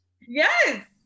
Yes